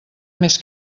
més